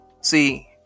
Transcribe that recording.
See